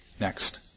Next